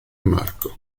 marco